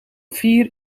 vier